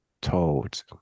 told